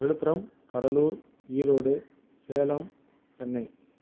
Villupuram Cuddalore Erode Salem Chennai